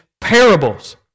parables